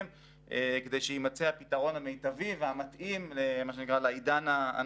כדי שיימצא הפתרון המיטבי והמתאים לעידן הנוכחי.